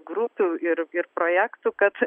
grupių ir ir projektų kad